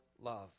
love